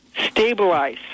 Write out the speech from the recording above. Stabilize